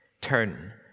turn